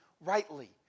rightly